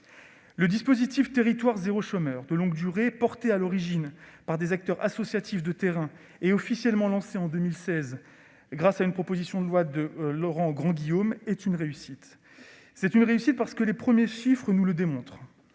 Le dispositif « territoires zéro chômeur de longue durée », promu à l'origine par des acteurs associatifs de terrain et lancé officiellement en 2016, grâce à une proposition de loi de Laurent Grandguillaume, est une réussite ; les premiers chiffres nous le démontrent.